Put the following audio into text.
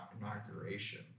inauguration